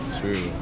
True